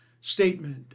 statement